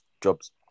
jobs